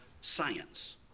science